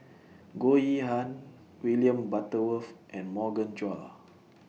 Goh Yihan William Butterworth and Morgan Chua